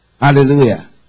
Hallelujah